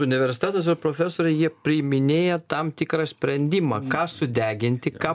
universitetuose profesoriai jie priiminėja tam tikrą sprendimą ką sudeginti ką